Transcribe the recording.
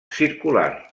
circular